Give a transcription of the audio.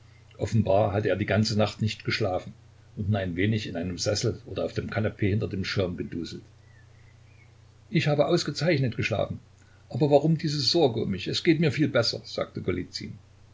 offenbar hatte er die ganze nacht nicht geschlafen und nur ein wenig in einem sessel oder auf dem kanapee hinter dem schirm geduselt ich habe ausgezeichnet geschlafen aber warum diese sorge um mich es geht mir viel besser sagte